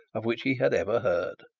of which he had ever heard.